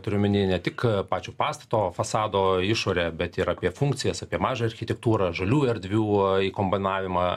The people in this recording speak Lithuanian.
turiu omenyje ne tik pačio pastato fasado išorę bet ir apie funkcijas apie mažą architektūrą žalių erdvių įkomponavimą